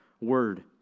word